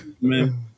man